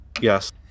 yes